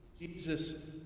Jesus